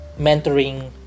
mentoring